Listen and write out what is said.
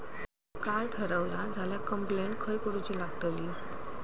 Card हरवला झाल्या complaint खय करूची लागतली?